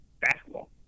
basketball